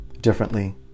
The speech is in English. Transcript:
differently